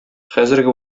хәзерге